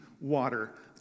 water